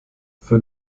für